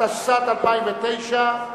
התשס"ט 2009,